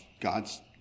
God's